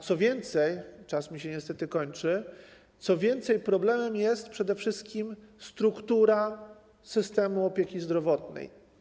Co więcej - czas mi się niestety kończy - problemem jest przede wszystkim struktura systemu opieki zdrowotnej.